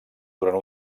durant